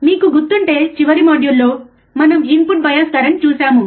మీకు గుర్తుంటే చివరి మాడ్యూల్లో మనం ఇన్పుట్ బయాస్ కరెంట్ చూశాము